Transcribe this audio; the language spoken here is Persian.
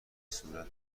صورت